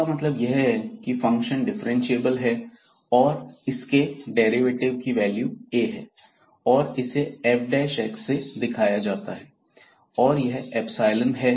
इसका मतलब यह है की फंक्शन डिफरेंशिएबल है और इसके डेरिवेटिव की वैल्यू A है और इसे fसे दिखाया जाता है और यह है